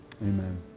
amen